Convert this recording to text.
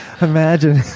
Imagine